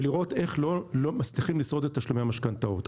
ולראות איך מצליחים לשרוד את תשלומי המשכנתאות.